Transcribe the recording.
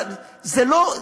זה לא,